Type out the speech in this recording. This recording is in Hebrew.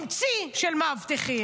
ראיתי היום, עם צי של מאבטחים.